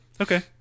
Okay